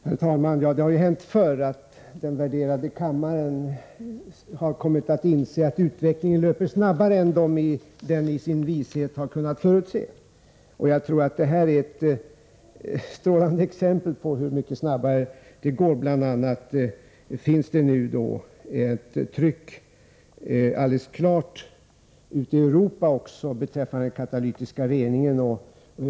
Herr talman! Det har ju hänt förr att den värderade kammaren har kommit att inse att utvecklingen löper snabbare än den i sin vishet har kunnat förutse, och jag tror att det här är ett strålande exempel på hur mycket snabbare det går. Det finns bl.a. helt klart ett tryck också ute i Europa nu beträffande den katalytiska reningen.